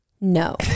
No